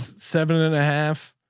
seven and a half.